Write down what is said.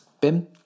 BIM